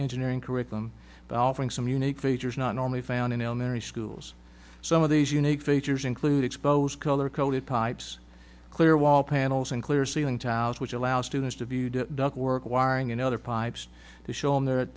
engineering curriculum offering some unique features not normally found in elementary schools some of these unique features include exposed color coded pipes clear wall panels and clear ceiling tiles which allow students to view the duct work wiring and other pipes to show